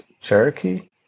Cherokee